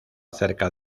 cerca